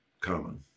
common